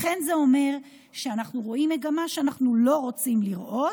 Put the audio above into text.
זה אומר שאנחנו רואים מגמה שאנחנו לא רוצים לראות,